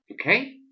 okay